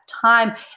time